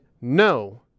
no